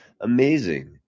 Amazing